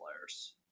players